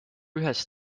ühes